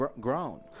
grown